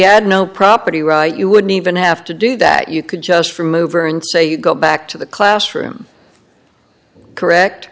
had no property right you wouldn't even have to do that you could just from over and say you go back to the classroom correct